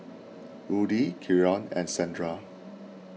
Rudy Keion and Shandra